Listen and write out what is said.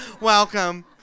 Welcome